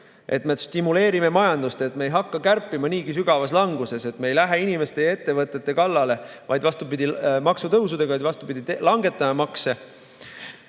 et me stimuleerime majandust, me ei hakka kärpima niigi sügavas languses, me ei lähe inimeste ja ettevõtete kallale maksutõusudega, vaid vastupidi, langetame makse